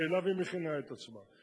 שאליו היא מכינה את עצמה.